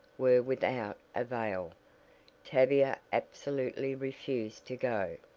were without avail tavia absolutely refused to go.